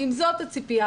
ואם זאת הציפייה,